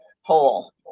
hole